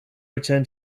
return